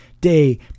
day